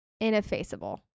Ineffaceable